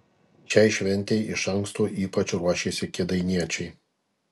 šiai šventei iš anksto ypač ruošėsi kėdainiečiai